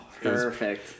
Perfect